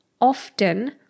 often